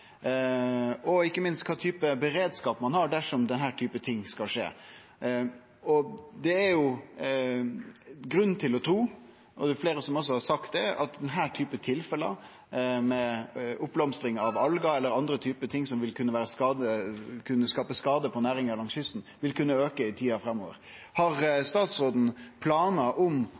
og ikkje minst kva type beredskap ein har dersom slike ting skjer. Det er grunn til å tru, og det er fleire som også har sagt det, at denne typen tilfelle, med oppblomstring av algar eller andre ting som vil kunne skade næringar langs kysten, vil kunne auke i tida framover. Har statsråden planar om